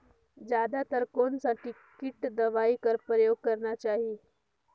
जादा तर कोन स किट दवाई कर प्रयोग करना चाही?